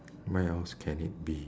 where else can it be